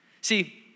See